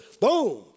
boom